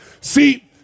See